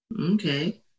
okay